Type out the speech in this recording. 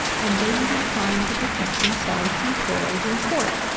and they may be trying to protect themselves from plurals in court.